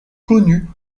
connu